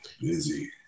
busy